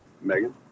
Megan